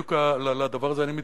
בדיוק לדבר הזה אני מתכוון,